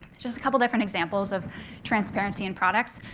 just a couple different examples of transparency and products.